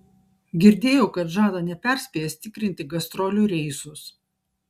girdėjau kad žada neperspėjęs tikrinti gastrolių reisus